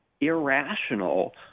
irrational